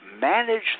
manage